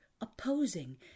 opposing